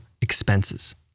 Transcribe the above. expenses